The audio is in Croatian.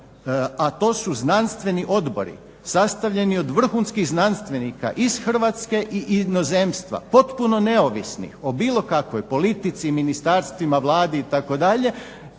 a to su znanstveni odbori sastavljeni od vrhunskih znanstvenika iz Hrvatske i inozemstva potpuno neovisni o bilo kakvoj politici, ministarstvima, Vladi itd.,